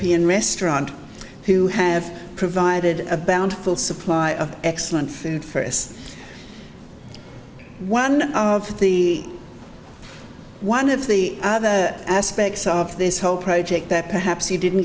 e restaurant who have provided a bound full supply of excellent for us one of the one of the other aspects of this whole project that perhaps you didn't